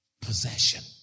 possession